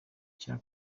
icya